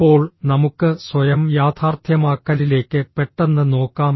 ഇപ്പോൾ നമുക്ക് സ്വയം യാഥാർത്ഥ്യമാക്കലിലേക്ക് പെട്ടെന്ന് നോക്കാം